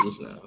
now